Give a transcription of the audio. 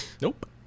Nope